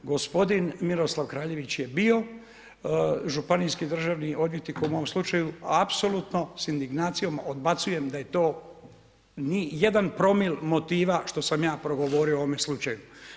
Gospodin Miroslav Kraljević je bio županijski državni odvjetnik u mom slučaju, apsolutno s indignacijom odbacujem da je to jedan promil motiva što sam ja progovorio o ovome slučaju.